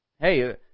Hey